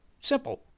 Simple